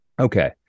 Okay